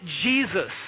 Jesus